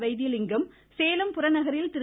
வைத்தியலிங்கம் சேலம் புறநகரில் திரு